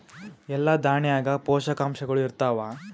ಎಲ್ಲಾ ದಾಣ್ಯಾಗ ಪೋಷಕಾಂಶಗಳು ಇರತ್ತಾವ?